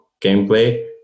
gameplay